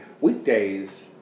weekdays